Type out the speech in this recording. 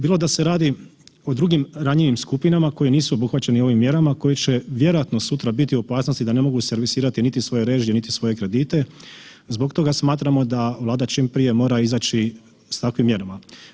Bilo da se radi o drugim ranjivim skupinama koji nisu obuhvaćeni ovim mjerama koji će vjerojatno sutra biti u opasnosti da ne mogu servisirati niti svoje režije niti svoje kredite, zbog toga smatramo da Vlada čim prije mora izaći s takvim mjerama.